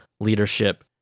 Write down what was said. leadership